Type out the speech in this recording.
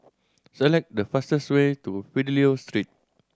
select the fastest way to Fidelio Street